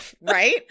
right